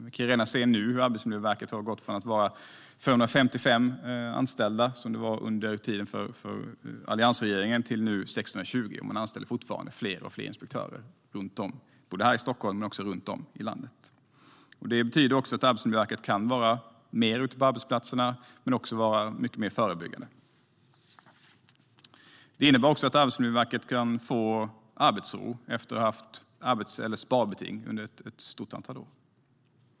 Vi kan redan nu se hur Arbetsmiljöverket har gått från 355 anställda under alliansregeringen till nu 620, och man anställer fortfarande fler och fler inspektörer i Stockholm och runt om i landet. Det betyder att Arbetsmiljöverket kan synas mer ute på arbetsplatserna och arbeta mer förebyggande. Det här innebär också att Arbetsmiljöverket kan få arbetsro efter många år av sparbeting.